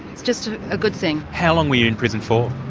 it's just a good thing. how long were you in prison for?